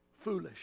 foolish